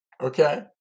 Okay